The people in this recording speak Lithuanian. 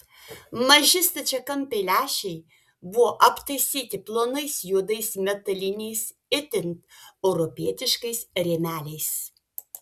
maži stačiakampiai lęšiai buvo aptaisyti plonais juodais metaliniais itin europietiškais rėmeliais